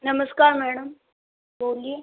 नमस्कार मैडम बोलिए